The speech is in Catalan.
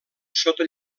sota